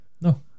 No